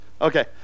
Okay